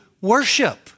worship